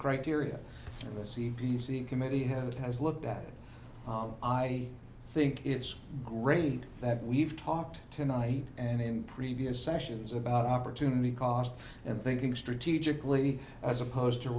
criteria the c b c committee has has looked at i think it's great that we've talked tonight and in previous sessions about opportunity cost and thinking strategically as opposed to